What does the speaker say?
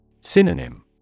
Synonym